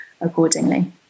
accordingly